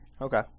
Okay